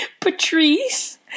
Patrice